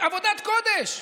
עבודת קודש.